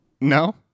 No